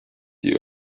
die